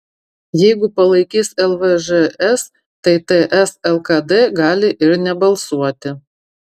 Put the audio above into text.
jeigu palaikys lvžs tai ts lkd gali ir nebalsuoti